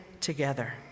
together